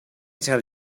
tell